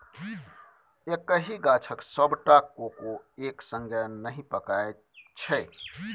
एक्कहि गाछक सबटा कोको एक संगे नहि पाकय छै